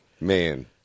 Man